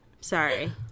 sorry